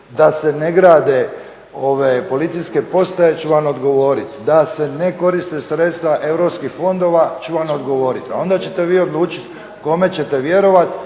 da se ne grade policijske postaje ću vam odgovorit, da se ne koriste sredstva europskih fondova ću vam odgovorit a onda ćete vi odlučit kome ćete vjerovat,